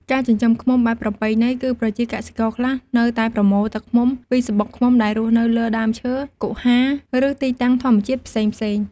ការចិញ្ចឹមឃ្មុំបែបប្រពៃណីគឺ ប្រជាកសិករខ្លះនៅតែប្រមូលទឹកឃ្មុំពីសំបុកឃ្មុំដែលរស់នៅលើដើមឈើ គុហា ឬទីតាំងធម្មជាតិផ្សេងៗ។